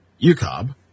UCOB